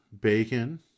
bacon